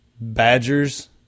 badgers